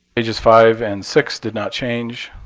pages five and six did not change.